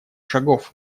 шагов